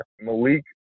Malik